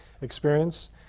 experience